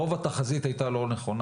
רוב התחזית היתה לא נכונה.